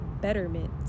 betterment